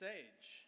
age